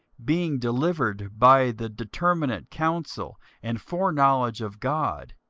being delivered by the determinate counsel and foreknowledge of god,